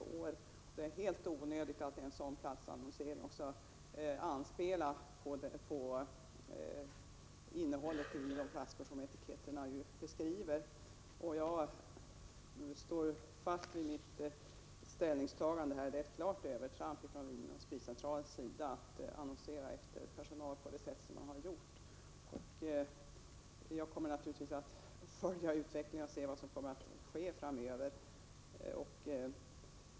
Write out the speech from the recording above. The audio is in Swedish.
Det är därför helt onödigt att man i en sådan platsannons anspelar på innehållet i de flaskor som etiketterna beskriver. Jag står fast vid mitt ställningstagande, nämligen att det är ett klart övertramp från Vin & Spritcentralens sida att annonsera efter personal på det sätt som man har gjort. Jag kommer naturligtvis att följa utvecklingen och se vad som kommer att ske framöver.